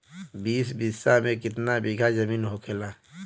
बीस बिस्सा में कितना बिघा जमीन होखेला?